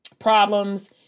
problems